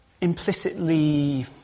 implicitly